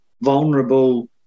vulnerable